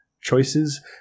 choices